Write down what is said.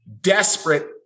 desperate